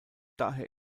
daher